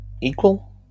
equal